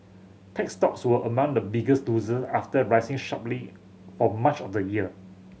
tech stocks were among the biggest loser after rising sharply for much of the year